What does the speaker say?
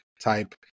type